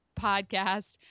podcast